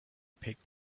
picked